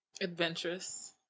Adventurous